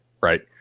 right